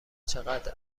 چقدر